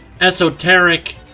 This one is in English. esoteric